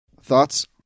Thoughts